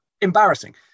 embarrassing